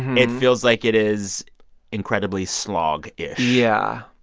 it feels like it is incredibly sloggish yeah.